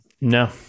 no